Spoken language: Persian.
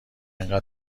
انقدر